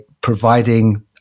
providing